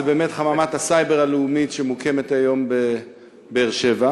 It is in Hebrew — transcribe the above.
חממת הסייבר הלאומית שממוקמת היום בבאר-שבע,